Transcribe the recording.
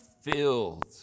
filled